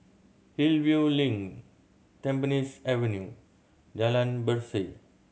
Hillview Link Tampines Avenue Jalan Berseh